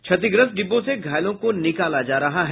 क्षतिग्रस्त डिब्बों से घायलों को निकाला जा रहा है